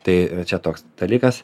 tai čia toks dalykas